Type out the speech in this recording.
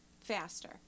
faster